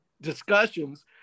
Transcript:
discussions